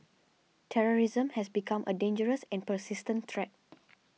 terrorism has become a dangerous and persistent threat